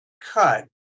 cut